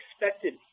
expected